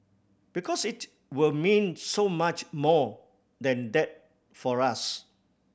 because it will mean so much more than that for us